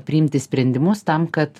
priimti sprendimus tam kad